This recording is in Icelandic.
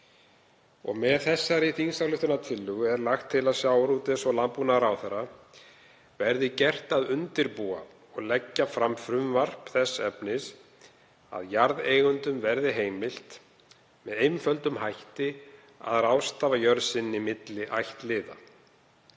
Með þingsályktunartillögunni er lagt til að sjávarútvegs- og landbúnaðarráðherra verði gert að undirbúa og leggja fram frumvarp þess efnis að jarðeigendum verði heimilt með einföldum hætti að ráðstafa jörð sinni milli ættliða.